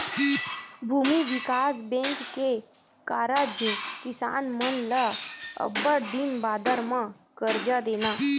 भूमि बिकास बेंक के कारज किसान मन ल अब्बड़ दिन बादर म करजा देना